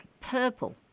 Purple